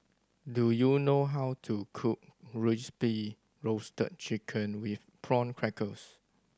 do you know how to cook Crispy Roasted Chicken with Prawn Crackers